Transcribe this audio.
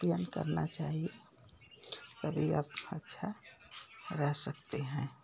पियन करना चाहिए तभी आप अच्छा रह सकते हैं